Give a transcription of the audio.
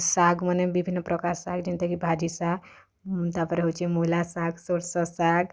ଶାଗ୍ମନେ ବିଭିନ୍ନ ପ୍ରକାର୍ ଶାଗ୍ ଯେନ୍ତା କି ଭାଜି ଶାଗ୍ ତା'ର୍ପରେ ହେଉଛେ ମୂଲା ଶାଗ୍ ସୁର୍ଷୋ ଶାଗ୍